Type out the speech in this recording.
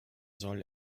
soll